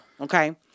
okay